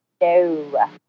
No